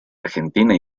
argentina